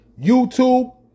YouTube